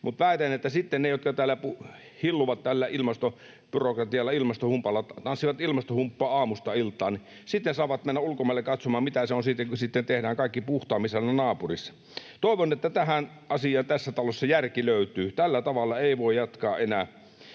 Mutta sitten ne, jotka täällä hilluvat ilmastobyrokratialla, tanssivat ilmastohumppaa aamusta iltaan, saavat mennä ulkomaille katsomaan, mitä se sitten oikein on, kun tehdään kaikki puhtaammin siellä naapurissa. Toivon, että tähän asiaan tässä talossa järki löytyy. Tällä tavalla ei voi jatkaa enää.